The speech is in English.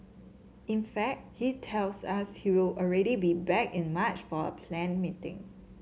in fact he tells us he will already be back in March for a planned meeting